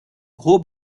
gros